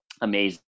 amazing